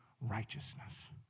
righteousness